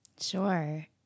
sure